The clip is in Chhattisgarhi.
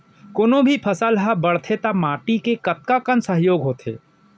कोनो भी फसल हा बड़थे ता माटी के कतका कन सहयोग होथे?